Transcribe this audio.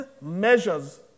measures